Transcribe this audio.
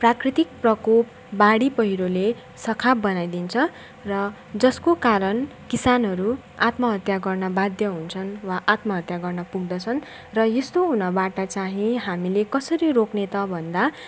प्राकृतिक प्रकोप बाढी पैह्रोले सखाप बनाइदिन्छ र जसको कारण किसानहरू आत्महत्या गर्न बाध्य हुन्छन् वा आत्महत्या गर्न पुग्दछन् र यस्तो हुनबाट चाहिँ हामीले कसरी रोक्ने त भन्दा